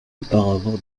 auparavant